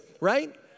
right